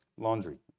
laundry